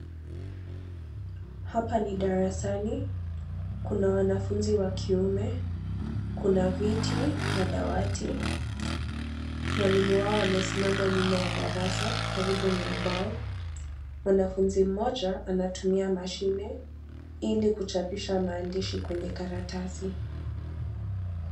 Hapa ni darasani. Kuna wanafunzi wa kiume. Kuna viti na dawati. Mwalimu wao amesimama nyuma ya darasa, karibu na ubao. Mwanafunzi mmoja anatumia mashine, ili kuchapisha maandishi kwenye karatasi.